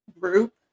group